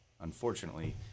unfortunately